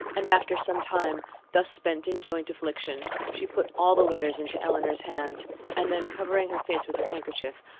and after some time thus spent in joint affliction, she put all the letters into elinor's hands and then covering her face with her handkerchief,